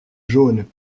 jaune